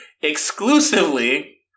exclusively